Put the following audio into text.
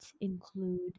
include